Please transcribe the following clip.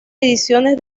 ediciones